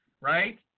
right